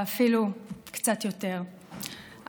ואפילו קצת יותר,